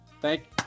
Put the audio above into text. thank